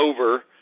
over